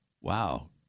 Wow